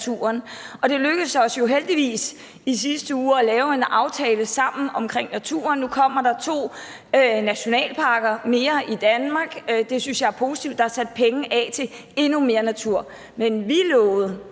Det lykkedes os jo heldigvis i sidste uge sammen at lave en aftale om naturen, så nu kommer der to nationalparker mere i Danmark – det synes jeg er positivt – og der er sat penge af til endnu mere natur. Men vi lovede